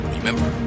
Remember